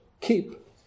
keep